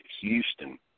Houston